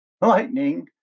Lightning